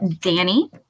danny